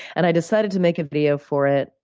and i decided to make a video for it.